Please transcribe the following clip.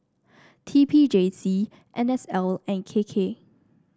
T P J C N S L and K K